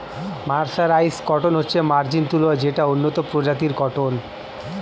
mercerised cotton হচ্ছে মার্জিত তুলো যেটা উন্নত প্রজাতির কটন